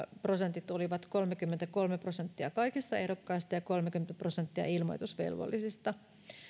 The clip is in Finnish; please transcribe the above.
prosentit olivat kolmekymmentäkolme prosenttia kaikista ehdokkaista ja kolmekymmentä prosenttia ilmoitusvelvollisista